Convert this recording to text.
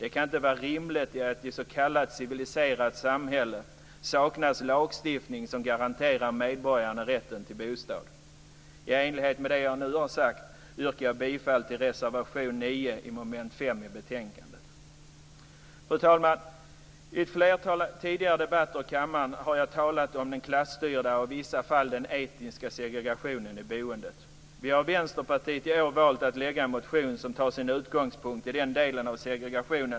Det kan inte vara rimligt att det i ett s.k. civiliserat samhälle saknas lagstiftning som garanterar medborgarna rätten till bostad. I enlighet med det jag nu har sagt yrkar jag bifall till reservation 9 Fru talman! Vid ett flertal tidigare debatter i kammaren har jag talat om den klasstyrda, och i vissa fall etniska, segregationen i boendet.